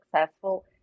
successful